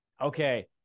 Okay